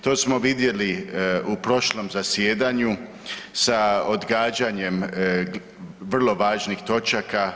To smo vidjeli u prošlim zasjedanjem sa odgađanjem vrlo važnih točaka.